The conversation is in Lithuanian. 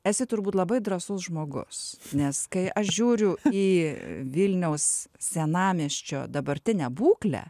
esi turbūt labai drąsus žmogus nes kai aš žiūriu į vilniaus senamiesčio dabartinę būklę